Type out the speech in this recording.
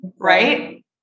Right